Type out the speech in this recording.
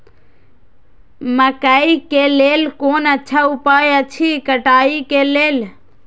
मकैय के लेल कोन अच्छा उपाय अछि कटाई के लेल?